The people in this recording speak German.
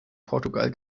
portugal